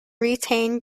retained